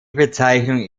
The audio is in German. bezeichnung